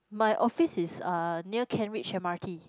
my office is uh near Kent Ridge m_r_t